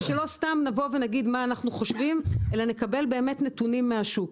כדי שלא סתם נבוא ונגיד מה אנחנו חושבים אלא נקבל באמת נתונים מהשוק.